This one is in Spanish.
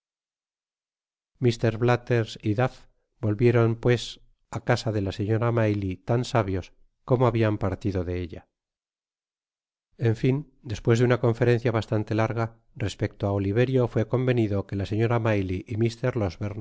blathers y duff volvieron pues á casa la señora maylie tan sabios como habian partido de ella en fin despues de una conferencia bastante larga respecto á oliverio fué convenido que la señora maylie y